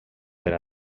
per